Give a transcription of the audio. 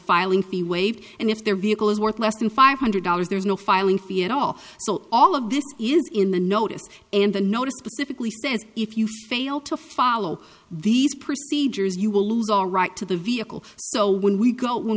filing fee waived and if their vehicle is worth less than five hundred dollars there's no filing fee at all so all of this is in the notice and the notice specifically says if you fail to follow these procedures you will lose all right to the vehicle so when we go when